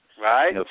Right